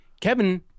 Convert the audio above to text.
Kevin